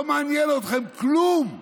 לא מעניין אתכם כלום.